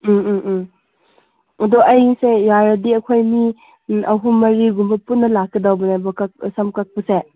ꯎꯝ ꯎꯝ ꯎꯝ ꯑꯗꯣ ꯑꯩꯁꯦ ꯌꯥꯔꯗꯤ ꯑꯩꯈꯣꯏ ꯃꯤ ꯑꯍꯨꯝ ꯃꯔꯤꯒꯨꯝꯕ ꯄꯨꯟꯅ ꯂꯥꯛꯀꯗꯧꯕꯅꯦꯕ ꯁꯝ ꯀꯛꯄꯁꯦ